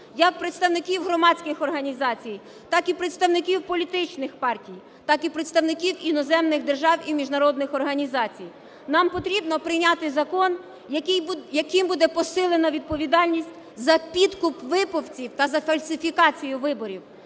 як представників громадських організацій, так і представників політичних партій, так і представників іноземних держав і міжнародних організацій. Нам потрібно прийняти закон, яким буде посилено відповідальність за підкуп виборців та за фальсифікацію виборів.